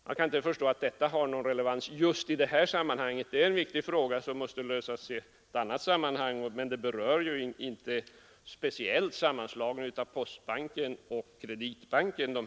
Jag kan inte förstå att detta har någon relevans just i det här sammanhanget. Det är viktiga problem som måste lösas i ett annat sammanhang, men de berör ju inte speciellt sammanslagningen av postbanken och Kreditbanken.